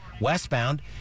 westbound